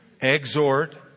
exhort